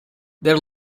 their